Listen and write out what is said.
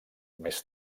més